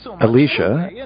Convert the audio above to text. Alicia